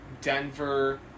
Denver